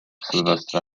sylwestra